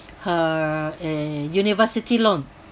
her a university loan